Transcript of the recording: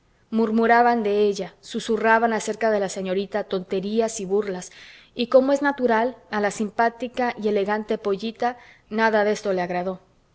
murmuraban de ella susurraban acerca de la señorita tonterías y burlas y como es natural a la simpática y elegante pollita nada de esto le agradó